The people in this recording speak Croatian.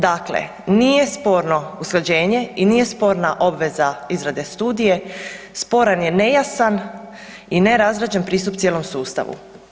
Dakle, nije sporno usklađenje i nije sporna obveza izrade studije, sporan je nejasan i nerazrađen pristup cijelom sustavu.